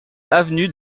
avenue